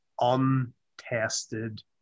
untested